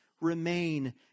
remain